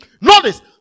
notice